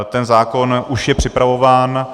Ten zákon už je připravován.